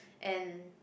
and